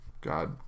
god